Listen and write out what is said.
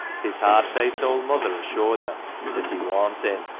his hard-faced old mother assured her that he worn't in.